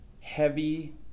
heavy